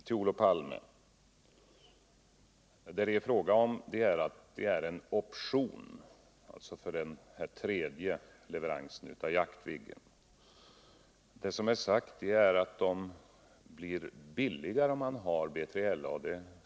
Till Olof Palme: Det som det är fråga om är en option för den tredje leveransen av jaktplanet Viggen. Det blir som sagt billigare om man har B3LA.